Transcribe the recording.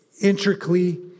intricately